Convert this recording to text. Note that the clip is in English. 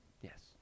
Yes